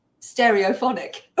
stereophonic